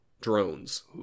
drones